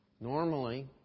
Normally